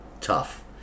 tough